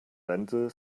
rente